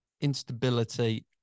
instability